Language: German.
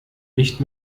nicht